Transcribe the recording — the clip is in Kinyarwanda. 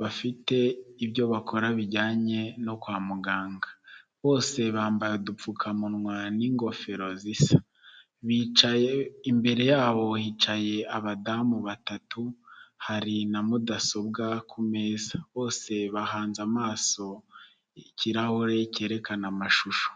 bafite ibyo bakora bijyanye no kwa muganga. Bose bambaye udupfukamunwa n'ingofero zisa. Bicaye, imbere yabo hicaye abadamu batatu, hari na mudasobwa ku meza. Bose bahanze amaso ikirahure cyerekana amashusho.